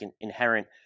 inherent